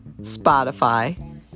Spotify